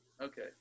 Okay